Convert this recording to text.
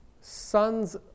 sons